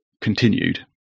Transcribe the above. continued